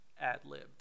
ad-libbed